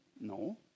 No